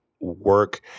work